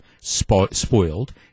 spoiled